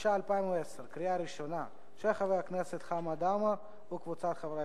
התש"ע 2010, של חבר הכנסת חמד עמאר וקבוצת חברי